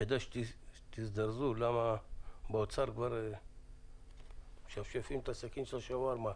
כדאי שתזדרזו כי באוצר משפשפים את הסכין של השווארמה.